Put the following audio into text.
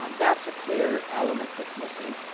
um that's a clear element that's missing.